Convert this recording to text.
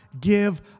give